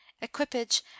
equipage